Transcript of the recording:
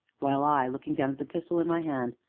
while i, looking down at the pistol in my hand,